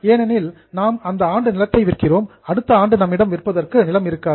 ஏனெனில் நாம் இந்த ஆண்டு நிலத்தை விற்கிறோம் அடுத்த ஆண்டு நம்மிடம் விற்பதற்கு நிலம் இருக்காது